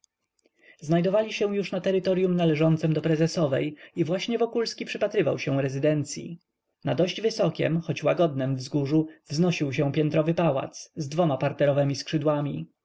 znajdowali się już na terytoryum należącem do prezesowej i właśnie wokulski przypatrywał się rezydencyi na dość wysokiem choć łagodnem wzgórzu wznosił się piętrowy pałac z dwoma parterowemi skrzydłami